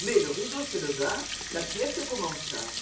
mais le rideau se leva la pièce commença